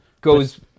Goes